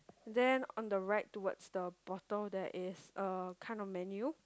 then on the right towards the bottle there is a kind of menu